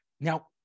Now